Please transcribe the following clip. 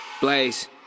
Blaze